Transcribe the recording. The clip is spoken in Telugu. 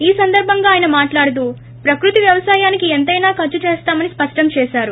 ఈ సందర్బంగా ఆయన మాట్లాడుతూ ప్రకృతి వ్యవసాయానికి ఎంతైనా ఖర్సు చేస్తామని స్పష్టం చేశారు